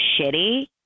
shitty